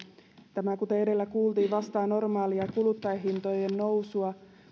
kuten edellä kuultiin tämä vastaa normaalia kuluttajahintojen nousua